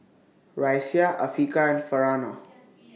Raisya Afiqah and Farhanah